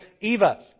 Eva